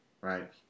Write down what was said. right